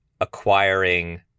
acquiring